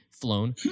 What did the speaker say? Flown